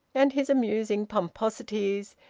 and his amusing pomposities,